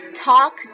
talk